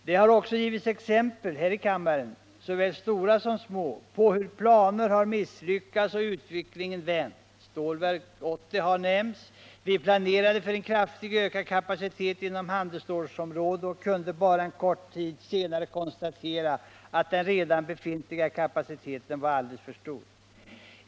Det har också givits exempel här i kammaren, såväl små som stora, på hur planer har misslyckats och utvecklingen vänt. Stålverk 80 har nämnts. Vi planerade för en kraftig ökning av kapaciteten inom handelsstålsområdet och kunde bara en kort tid senare konstatera att den redan befintliga kapaciteten var alldeles för stor.